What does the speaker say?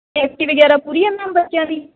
safety ਵਗੈਰਾ ਪੂਰੀ ਹੈ ਮੈਮ ਬੱਚਿਆਂ ਦੀ